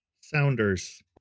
Sounders